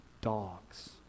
dogs